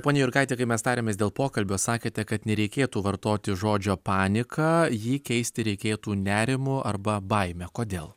pone jurgaiti kai mes tarėmės dėl pokalbio sakėte kad nereikėtų vartoti žodžio panika jį keisti reikėtų nerimu arba baime kodėl